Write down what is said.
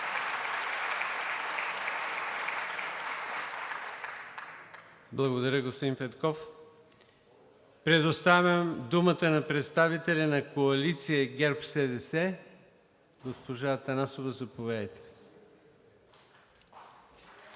Благодаря, господин Петков. Предоставям думата на представителя на Коалиция ГЕРБ СДС. Госпожо Атанасова, заповядайте.